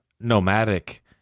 nomadic